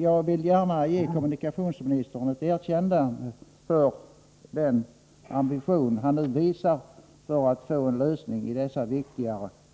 Jag vill gärna ge kommunikationsministern ett erkännande för den ambition han nu visar för att få till stånd en lösning i dessa